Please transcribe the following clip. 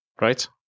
right